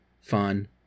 Fun